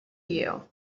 you